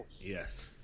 Yes